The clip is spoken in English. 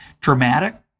dramatic